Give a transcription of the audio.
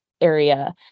area